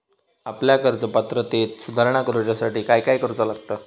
आपल्या कर्ज पात्रतेत सुधारणा करुच्यासाठी काय काय करूचा लागता?